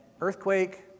earthquake